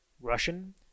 Russian